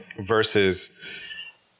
versus